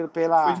pela